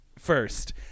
First